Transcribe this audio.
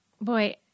Boy